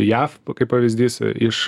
jav kaip pavyzdys iš